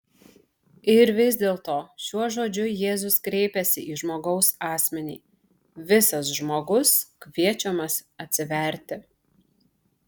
ir vis dėlto šiuo žodžiu jėzus kreipiasi į žmogaus asmenį visas žmogus kviečiamas atsiverti